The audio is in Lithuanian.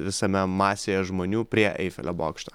visame masėje žmonių prie eifelio bokšto